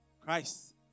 Christ